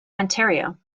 ontario